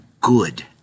good